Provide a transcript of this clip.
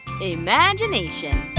imagination